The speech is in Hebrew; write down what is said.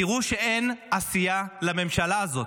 תראו שאין עשייה לממשלה הזאת.